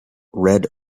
red